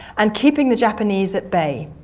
and keeping the japanese at bay.